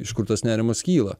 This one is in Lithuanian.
iš kur tas nerimas kyla